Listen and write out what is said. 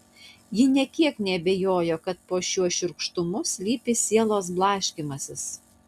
ji nė kiek neabejojo kad po šiuo šiurkštumu slypi sielos blaškymasis